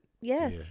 Yes